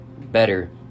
better